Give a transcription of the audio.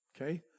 Okay